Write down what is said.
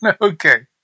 Okay